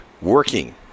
working